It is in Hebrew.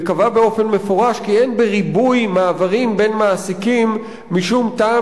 וקבע באופן מפורש כי אין בריבוי מעברים בין מעסיקים משום טעם